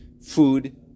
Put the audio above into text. food